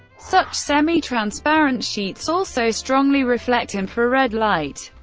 such semi-transparent sheets also strongly reflect infrared light,